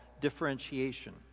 differentiation